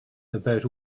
about